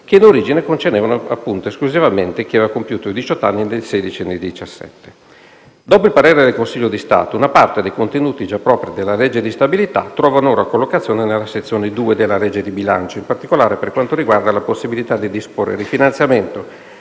che in origine concernevano esclusivamente chi aveva compiuto diciotto anni nel 2016 e nel 2017. Dopo il parere del Consiglio di Stato, una parte dei contenuti già propri della legge di stabilità trova ora collocazione nella II sezione della legge di bilancio, in particolare per quanto riguarda la possibilità di disporre il rifinanziamento,